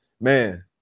man